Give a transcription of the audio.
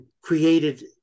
created